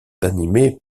animées